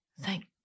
Thank